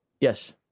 Yes